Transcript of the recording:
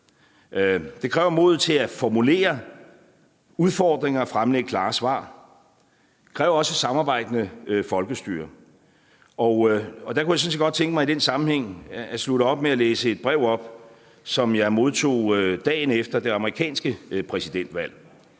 Det kræver modet til at formulere udfordringer og fremlægge klare svar. Det kræver også et samarbejdende folkestyre. I den sammenhæng kunne jeg sådan set godt tænke mig at slutte af med at læse et brev op, som jeg modtog dagen efter det amerikanske præsidentvalg.